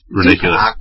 ridiculous